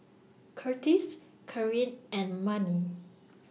Kurtis Kareen and Manie